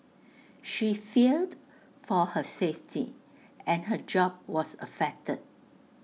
she feared for her safety and her job was affected